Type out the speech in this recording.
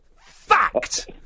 fact